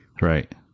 Right